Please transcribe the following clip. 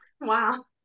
Wow